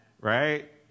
Right